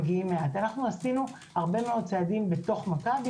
עשינו הרבה מאוד צעדים בתוך מכבי,